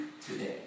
today